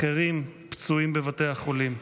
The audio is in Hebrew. אחרים פצועים בבתי החולים.